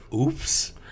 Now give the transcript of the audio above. Oops